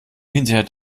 hinterher